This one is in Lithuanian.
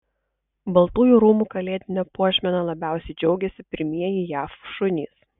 baltųjų rūmų kalėdine puošmena labiausiai džiaugiasi pirmieji jav šunys